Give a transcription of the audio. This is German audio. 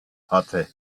hatte